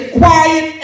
quiet